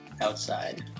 outside